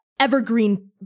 Evergreen